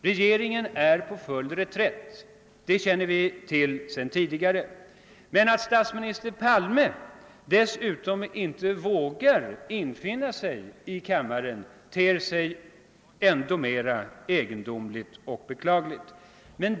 Regeringen är på full reträtt. Det känner vi till sedan tidigare. Men att statsminister Palme dessutom inte vågar infinna sig i kammaren ter sig ändå mera egendomligt och beklagligt.